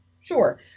Sure